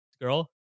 girl